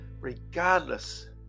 regardless